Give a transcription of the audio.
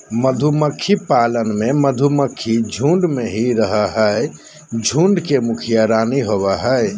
मधुमक्खी पालन में मधुमक्खी झुंड में ही रहअ हई, झुंड के मुखिया रानी होवअ हई